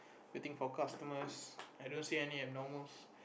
waiting for customers I don't see any abnormals